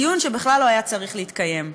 דיון שבכלל לא היה צריך להתקיים.